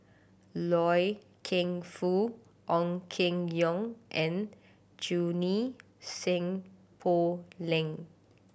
Loy Keng Foo Ong Keng Yong and Junie Sng Poh Leng